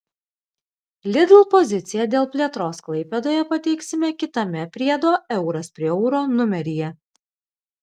lidl poziciją dėl plėtros klaipėdoje pateiksime kitame priedo euras prie euro numeryje